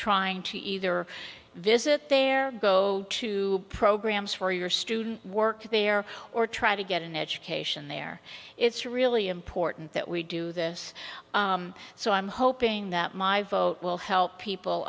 trying to either visit there go to programs for your student work there or try to get an education there it's really important that we do this so i'm hoping that my vote will help people